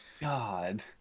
God